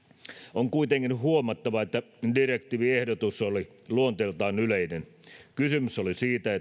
on kuitenkin huomattava että direktiiviehdotus oli luonteeltaan yleinen kysymys oli siitä